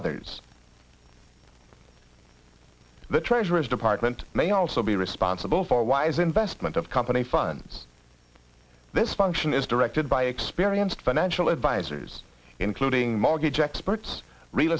others the treasury department may also be responsible for wise investment of company funds this function is directed by experienced financial advisors including mortgage experts real